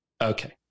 okay